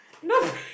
gai gai